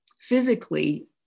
physically